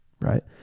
right